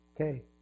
okay